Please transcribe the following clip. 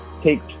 take